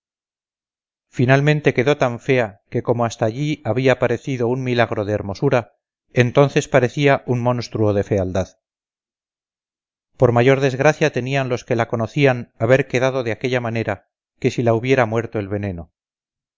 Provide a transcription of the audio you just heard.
finalmente quedó tan fea que como hasta allí había parecido un milagro de hermosura entonces parecía un monstruo de fealdad por mayor desgracia tenían los que la conocían haber quedado de aquella manera que si la hubiera muerto el veneno